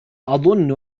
أظن